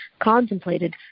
contemplated